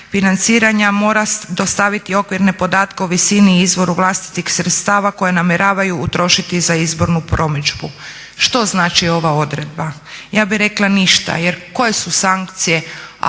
financiranja mora dostaviti okvirne podatke o visini i izvoru vlastitih sredstava koja namjeravaju utrošiti za izbornu promidžbu. Što znači ova odredba? Ja bi rekla ništa, jer koje su sankcije